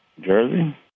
Jersey